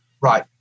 right